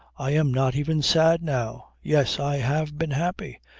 i am not even sad now. yes, i have been happy.